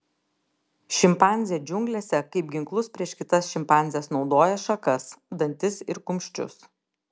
šimpanzė džiunglėse kaip ginklus prieš kitas šimpanzes naudoja šakas dantis ir kumščius